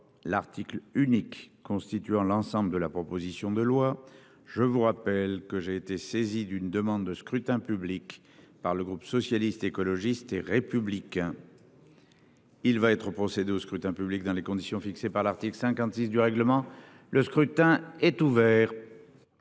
l'article unique constituant l'ensemble de la proposition de loi, je vois. Appel que j'ai été saisi d'une demande de scrutin public par le groupe socialiste, écologiste et républicain. Il va être procédé au scrutin public dans les conditions fixées par l'article 56 du règlement, le scrutin est ouvert.